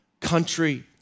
country